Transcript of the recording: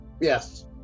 Yes